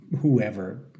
whoever